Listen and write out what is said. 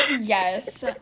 yes